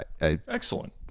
Excellent